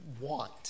want